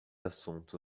assunto